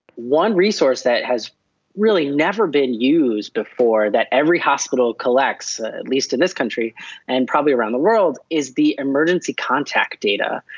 one resource resource that has really never been used before that every hospital collects, at least in this country and probably around the world, is the emergency contact data.